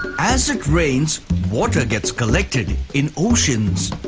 as it rains, water gets collected in oceans,